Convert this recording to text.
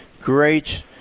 great